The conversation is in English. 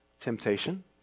Temptation